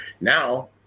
Now